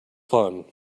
fun